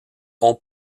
ont